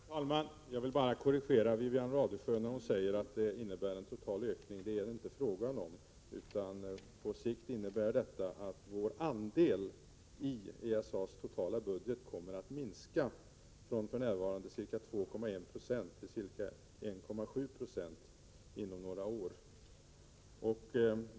Herr talman! Jag vill bara korrigera Wivi-Anne Radesjö, när hon säger att anslaget innebär en total ökning. Det är inte fråga om det, utan på sikt innebär anslagsramen att vår andel av ESA:s totala budget kommer att minska från för närvarande ca 2,1 9 till ca 1,7 76 inom några år.